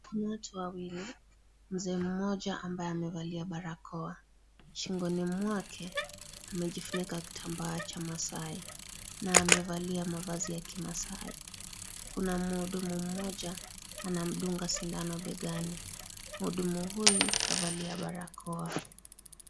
Kuna watu mzee mmoja ambaye amevalia barakoa. Shingoni mwake amejifunika kitambaa cha maasai, na amevalia mavazi ya kimaasai. Kuna muhudumu mmoja anamdunga sindano mbegani. Muhudumu huyu kavalia barakoa.